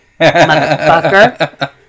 Motherfucker